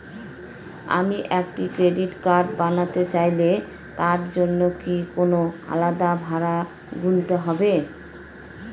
আমি একটি credit card বানাতে চাইলে তার জন্য কি কোনো আলাদা ভাড়া গুনতে হবে?